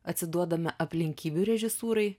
atsiduodame aplinkybių režisūrai